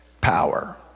power